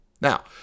Now